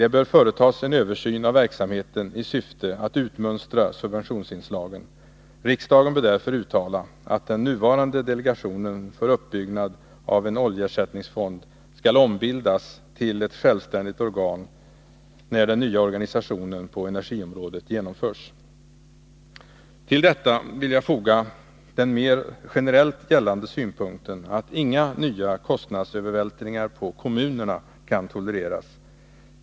Det bör företas en översyn av verksamheten i syfte att utmönstra subventionsinslagen. Riksdagen bör därför uttala att den nuvarande delegationen för uppbyggnad av en oljeersättningsfond skall ombildas till ett självständigt organ när den nya organisationen på energiområdet genomförs. Till detta vill jag foga den mer generellt gällande synpunkten att inga nya kostnadsövervältringar på kommunerna kan tolereras.